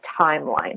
timeline